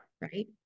right